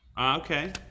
Okay